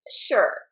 Sure